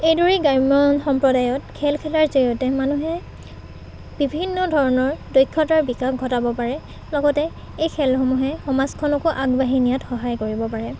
এইদৰেই গ্ৰাম্য সম্প্ৰদায়ত খেল খেলাৰ জৰিয়তে মানুহে বিভিন্ন ধৰণৰ দক্ষতাৰ বিকাশ ঘটাব পাৰে লগতে এই খেলসমূহে সমাজখনকো আগবাঢ়ি নিয়াত সহায় কৰিব পাৰে